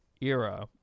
era